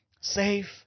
safe